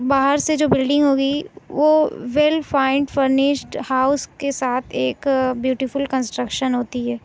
Haber سے جو building ہوگی وہ ویل فائنڈ فرنیشڈ ہاؤس کے ساتھ ایک بیوٹیفل کنسٹرکشن ہوتی ہے